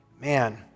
man